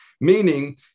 Meaning